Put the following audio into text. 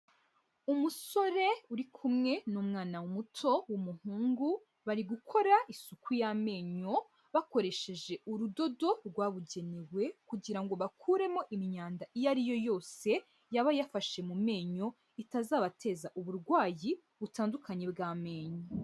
Umusore uri kumwe n'umwana muto w'umuhungu, bari gukora isuku y'amenyo bakoresheje urudodo rwabugenewe, kugira ngo bakuremo imyanda iyo ariyo yose yaba yafashe mu menyo, itazabateza uburwayi butandukanye bw'amenyo.